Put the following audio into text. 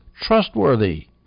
trustworthy